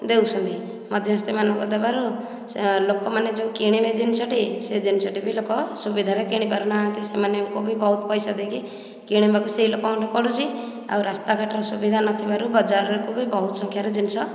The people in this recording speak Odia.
ଦେଉଛନ୍ତି ମଧ୍ୟସ୍ତି ମାନଙ୍କୁ ଦବାରୁ ସେ ଲୋକମାନେ ଯୋଉ କିଣିବେ ଜିନିଷଟି ସେ ଜିନିଷଟି ବି ଲୋକ ସୁବିଧାରେ କିଣିପାରୁ ନାହାନ୍ତି ସେମାନଙ୍କୁ ବି ବହୁତ ପଇସା ଦେଇକି କିଣିବାକୁ ସେଇ ଲୋକଙ୍କଠୁ ବି ପଡ଼ୁଛି ଆଉ ରାସ୍ତାଘାଟର ସୁବିଧା ନଥିବାରୁ ବଜାରକୁ ବି ବହୁତ ସଂଖ୍ୟାରେ ଜିନିଷ